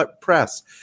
Press